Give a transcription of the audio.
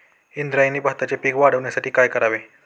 इंद्रायणी भाताचे पीक वाढण्यासाठी काय करावे?